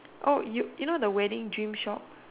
oh you know the wedding dream shop